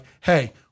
hey